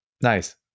nice